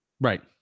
Right